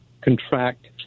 contract